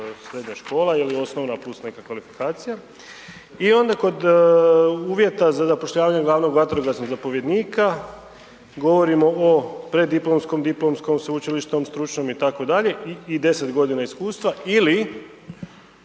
srednja škola ili osnovna plus neka kvalifikacija i onda kod uvjeta za zapošljavanje glavnog vatrogasnog zapovjednika govorimo o preddiplomskom, diplomskom, sveučilišnom, stručnom i tako dalje i 10 godina iskustva ili